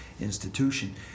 institution